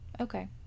Okay